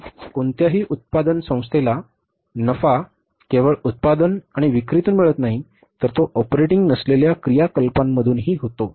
कारण कोणत्याही उत्पादन संस्थेला नफा केवळ उत्पादन आणि विक्रीतून मिळत नाही तर तो ऑपरेटिंग नसलेल्या क्रियाकलापांमधूनही होतो